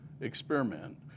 experiment